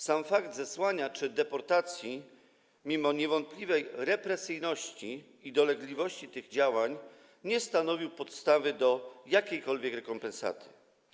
Sam fakt zesłania czy deportacji, mimo niewątpliwej represyjności i dolegliwości tych działań, nie stanowił podstawy do jakiejkolwiek rekompensaty.